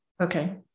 Okay